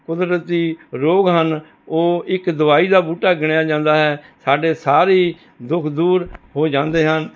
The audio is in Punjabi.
ਕੁਦਰਤੀ ਰੋਗ ਹਨ ਉਹ ਇਕ ਦਵਾਈ ਦਾ ਬੂਟਾ ਗਿਣਿਆ ਜਾਂਦਾ ਹੈ ਸਾਡੇ ਸਾਰੇ ਹੀ ਦੁੱਖ ਦੂਰ ਹੋ ਜਾਂਦੇ ਹਨ